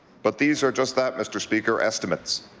but these are just that, mr. speaker, estimates.